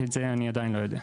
את זה אני עדיין לא יודע.